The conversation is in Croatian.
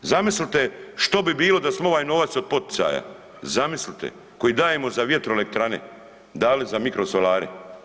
Zamislite što bi bilo da smo ovaj novac od poticaja, zamislite koji dajemo za vjetroelektrane dali za mikrosolare.